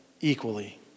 equally